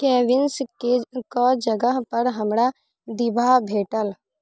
केविंसके जगह पर हमरा दिभा भेटल